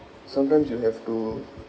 sometimes you have to